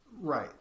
right